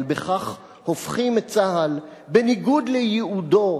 אבל בכך הופכים את צה"ל, בניגוד לייעודו,